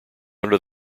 under